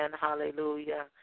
hallelujah